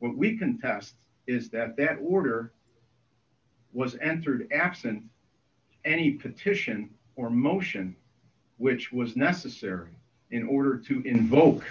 sixteen we contest is that that order was answered absent any petition or motion which was necessary in order to invoke